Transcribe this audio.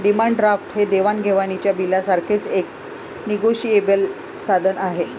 demand draft हे देवाण घेवाणीच्या बिलासारखेच एक निगोशिएबल साधन आहे